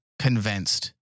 convinced